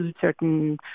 certain